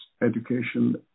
education